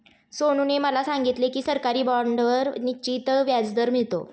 सोनूने मला सांगितले की सरकारी बाँडवर निश्चित व्याजदर मिळतो